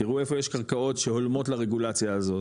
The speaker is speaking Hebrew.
תראו איפה יש קרקעות שהולמות לרגולציה הזאת